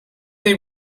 they